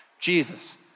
Jesus